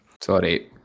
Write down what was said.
Sorry